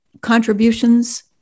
contributions